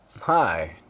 hi